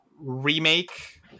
remake